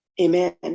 amen